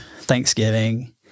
Thanksgiving